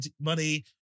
money